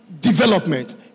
Development